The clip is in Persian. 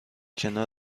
کنار